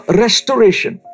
restoration